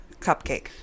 cupcake